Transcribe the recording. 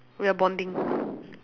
we are bonding